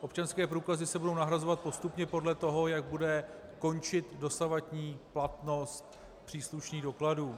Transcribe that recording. Občanské průkazy se budou nahrazovat postupně podle toho, jak bude končit dosavadní platnou příslušných dokladů.